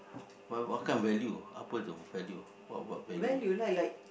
why what kind of value apa value what what value